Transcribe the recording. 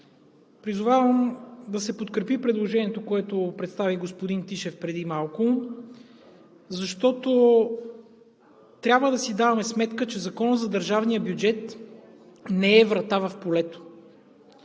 Призовавам да се подкрепи предложението, което представи господин Тишев преди малко, защото трябва да си даваме сметка, че Законът за държавния бюджет не е врата в полето.